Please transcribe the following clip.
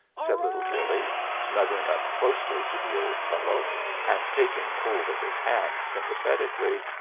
said little billee, snuggling up closely to the old fellow and taking hold of his hand sympathetically.